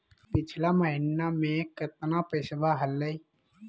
पिछला महीना मे कतना पैसवा हलय?